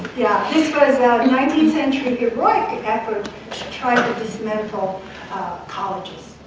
yeah. this was a nineteenth century heroic effort to try and dismantle colleges,